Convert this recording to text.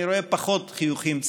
אני רואה פחות חיוכים ציניים,